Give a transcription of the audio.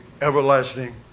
everlasting